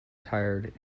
tired